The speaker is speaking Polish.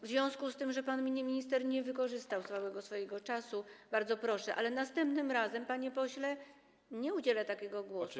W związku z tym, że pan minister nie wykorzystał całego swojego czasu, bardzo proszę, ale następnym razem, panie pośle, nie udzielę głosu.